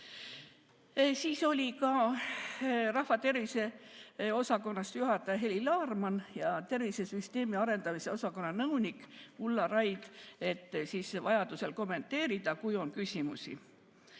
Kohal olid ka rahvatervise osakonna juhataja Heli Laarmann ja tervisesüsteemi arendamise osakonna nõunik Ulla Raid, et vajadusel kommenteerida, kui on küsimusi.